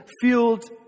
fueled